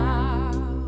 Now